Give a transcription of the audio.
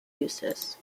eustis